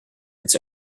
its